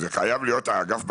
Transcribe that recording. האגף חייב להיות בתמונה.